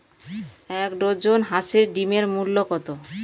এক ডজন হাঁসের ডিমের মূল্য কত?